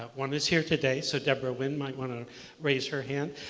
one is here today. so debra wynn might want to raise her hand.